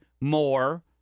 more